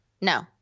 No